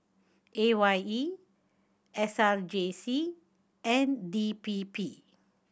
A Y E S R J C and D P P